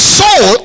soul